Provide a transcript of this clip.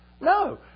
No